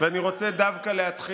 ואני רוצה להתחיל